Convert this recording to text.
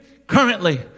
currently